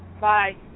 Bye